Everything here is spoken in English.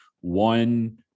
one